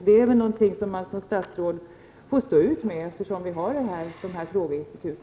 Det är någonting man som statsråd får stå ut med, eftersom vi har detta frågeinstitut.